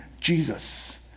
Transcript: Jesus